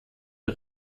der